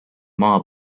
maha